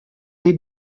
des